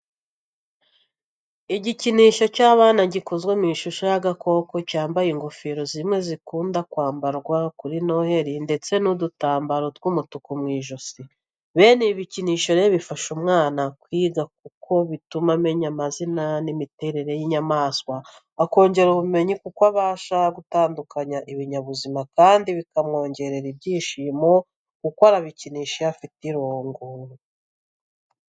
Igikinisho cy'abana gikoze mu ishusho y'agakoko, cyambaye ingofero zimwe zikunda kwambarwa kuri noheli ndetse n'udutambaro tw'umutuku mu ijosi. Bene ibi bikinisho rero bifasha umwana kwiga kuko bituma amenya amazina n’imiterere y’inyamaswa, akongera ubumenyi kuko abasha gutandukanya ibinyabuzima kandi bikamwongerera ibyishimo kuko arabikinisha iyo afite irungu.